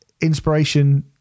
inspiration